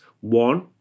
One